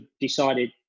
decided